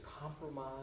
compromise